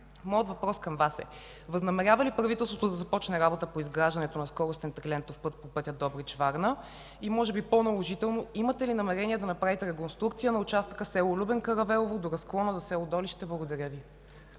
Моят въпрос към Вас е: възнамерява ли правителството да започне работа по изграждането на скоростен трилентов път по пътя Добрич – Варна и може би по-наложително имате ли намерение да направите реконструкция на участъка село Любен Каравелово до разклона за село Долище? Благодаря Ви.